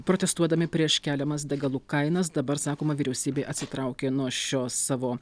protestuodami prieš keliamas degalų kainas dabar sakoma vyriausybė atsitraukė nuo šio savo